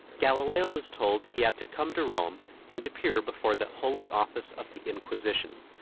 galileo was told he had to come to rome and appear before the holy office of the inquisition,